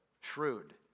shrewd